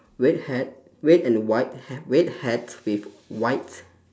red hat red and white hat red hat with white